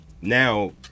now